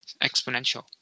Exponential